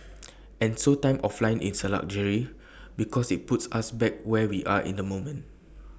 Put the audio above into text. and so time offline is A luxury because IT puts us back where we are in the moment